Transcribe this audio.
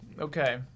Okay